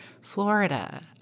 Florida